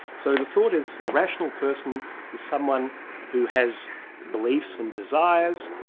so the thought is a rational person is someone who has beliefs and desires,